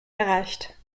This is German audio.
erreicht